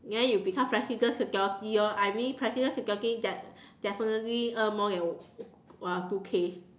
then you become president security orh I mean president security guard definitely earn more than uh two K